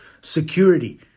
security